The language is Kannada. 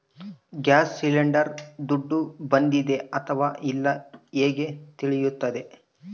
ಗ್ಯಾಸ್ ಸಿಲಿಂಡರ್ ದುಡ್ಡು ಬಂದಿದೆ ಅಥವಾ ಇಲ್ಲ ಹೇಗೆ ತಿಳಿಯುತ್ತದೆ?